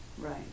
Right